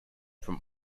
from